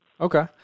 Okay